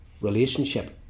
relationship